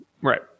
Right